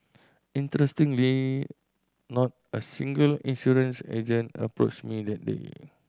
interestingly not a single insurance agent approached me that day